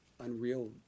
unreal